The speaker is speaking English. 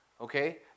Okay